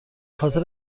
خاطر